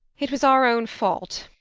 it was our own fault,